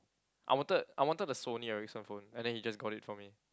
I wanted I wanted the Sony-Ericsson phone and then he just got it for me